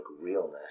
realness